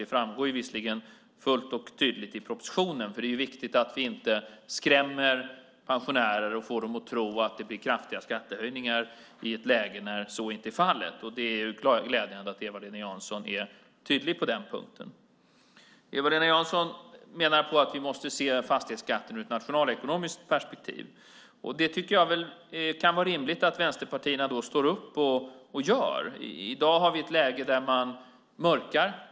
Det framgår visserligen klart och tydligt i propositionen, och det är ju viktigt att vi inte skrämmer pensionärer och får dem att tro att det blir kraftiga skattehöjningar när så inte är fallet. Det är alltså glädjande att Eva-Lena Jansson är tydlig på den punkten. Eva-Lena Jansson menar att vi måste se fastighetsskatten ur ett nationalekonomiskt perspektiv. Då tycker jag att det kan vara rimligt att vänsterpartierna står upp och gör det. I dag har vi ett läge där man mörkar.